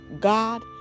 God